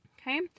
Okay